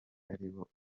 ariwo